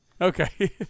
Okay